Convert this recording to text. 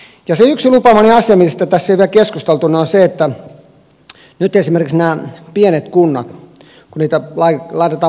se yksi lupaamani asia mistä tässä ei ole vielä keskusteltu koskee sitä kun nyt esimerkiksi näitä pieniä kuntia laitetaan pakettiin